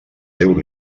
deu